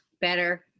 better